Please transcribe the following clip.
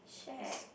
shag